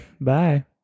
Bye